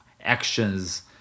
actions